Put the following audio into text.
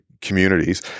communities